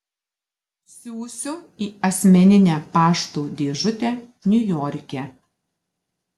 siųsiu į asmeninę pašto dėžutę niujorke